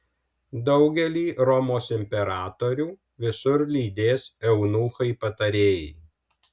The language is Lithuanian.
daugelį romos imperatorių visur lydės eunuchai patarėjai